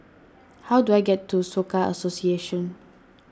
how do I get to Soka Association